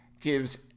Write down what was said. gives